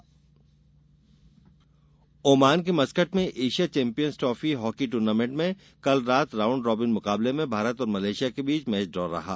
hockey Oman के Muscat में Asia champions trophy hockey tournament में कल रात राउंड रॉबिन मुकाबले में भारत और मलेशिया के बीच मैच ड्रॉ रहा